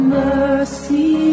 mercy